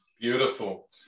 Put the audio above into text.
Beautiful